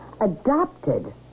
Adopted